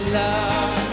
love